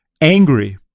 angry